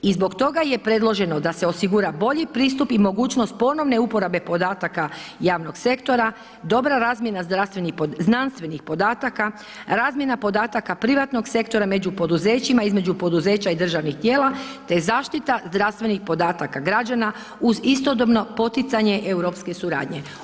I zbog toga je predloženo da se osigura bolji pristup i mogućnost ponovne uporabe podataka javnog sektora, dobra razmjena znanstvenih podataka, razmjena podataka privatnog sektora među poduzećima između poduzeća i državnih tijela te zaštita zdravstvenih podataka građana uz istodobno poticanje europske suradnje.